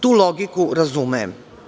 Tu logiku razumem.